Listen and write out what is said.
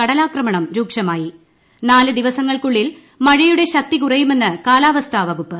കടലാക്രമണം രൂക്ഷമായി നാല് ദിവസങ്ങൾക്കുള്ളിൽ മഴയുടെ ശക്തി കുറയുമെന്ന് കാലാവസ്ഥാ വകുപ്പ്